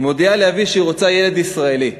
היא מודיעה לאבי שהיא רוצה ילד ישראלי,